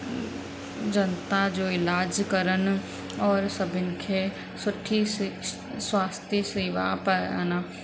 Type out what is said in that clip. जनता जो इलाज कनि औरि सभिनि खे सुठी शिक्षा स्वास्थ्य शेवा प अना